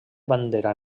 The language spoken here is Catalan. bandera